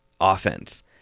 offense